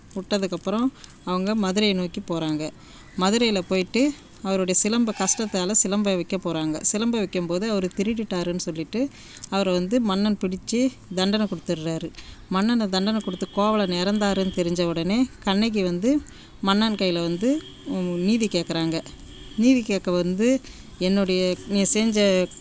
விட்டதுக்கப்பறோம் அவங்க மதுரையை நோக்கி போகிறாங்க மதுரையில் போய்ட்டு அவருடைய சிலம்பை கஷ்டத்தால் சிலம்பை விற்க போகிறாங்க சிலம்பை விற்கும்போது அவர் திருடிவிட்டாருன்னு சொல்லிவிட்டு அவரை வந்து மன்னன் பிடித்து தண்டனை கொடுத்துட்றாரு மன்னன் தண்டனை கொடுத்து கோவலன் இறந்தாருன்னு தெரிஞ்ச உடனே கண்ணகி வந்து மன்னன் கையில் வந்து நீதி கேக்கிறாங்க நீதி கேட்க வந்து என்னுடைய நீ செஞ்ச